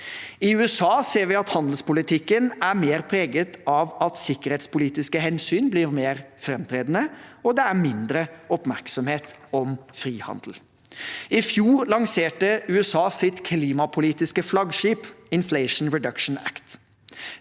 I USA ser vi at handelspolitikken er mer preget av at sikkerhetspolitiske hensyn blir mer framtredende, og det er mindre oppmerksomhet om frihandel. I fjor lanserte USA sitt klimapolitiske flaggskip, Inflation Reduction Act.